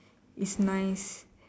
is nice